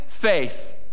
faith